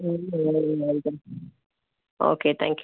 okay thank you